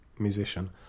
Musician